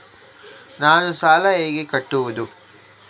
ನಾನು ಸಾಲ ಹೇಗೆ ಕಟ್ಟುವುದು?